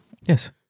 Yes